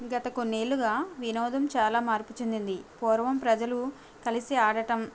గత కొన్నేళ్ళుగా వినోదం చాలా మార్పు చెందింది పూర్వం ప్రజలు కలిసి ఆడటం